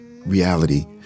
Reality